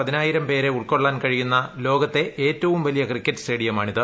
പതിനായിരം പേരെ ഉൾപ്ക്കാള്ളാൻ കഴിയുന്ന ലോകത്തെ ഏറ്റവും വലിയ ക്രിക്കറ്റ് സ്റ്റേഡിയമാണിത്